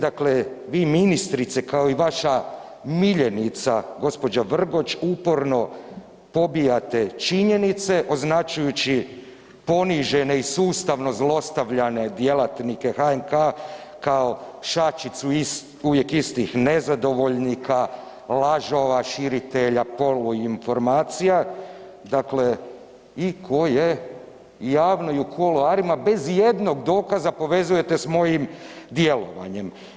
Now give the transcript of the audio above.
Dakle, vi ministrice, kao i vaša miljenica gđa. Vrgoč uporno pobijate činjenice označujući ponižene i sustavno zlostavljane djelatnike HNK kao šačicu uvijek istih nezadovoljnika, lažova, širitelja poluinformacija, dakle i koje javno i u kuloarima bez ijednog dokaza povezujete s mojim djelovanjem.